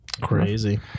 Crazy